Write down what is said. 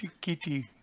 Kitty